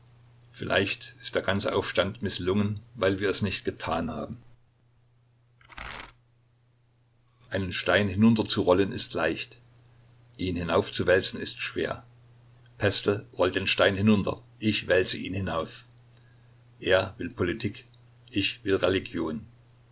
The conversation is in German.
vielleicht ist der ganze aufstand mißlungen weil wir es nicht getan haben einen stein hinunterzurollen ist leicht ihn hinaufzuwälzen ist schwer pestel rollt den stein hinunter ich wälze ihn hinauf er will politik ich will religion